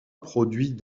produit